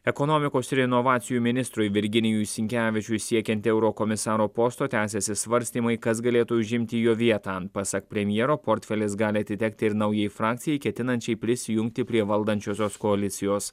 ekonomikos ir inovacijų ministrui virginijui sinkevičiui siekiant eurokomisaro posto tęsiasi svarstymai kas galėtų užimti jo vietą pasak premjero portfelis gali atitekti ir naujai frakcijai ketinančiai prisijungti prie valdančiosios koalicijos